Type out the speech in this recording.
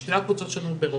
שתי הקבוצות שלנו באירופה.